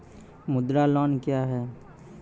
मुद्रा लोन क्या हैं?